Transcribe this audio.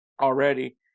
already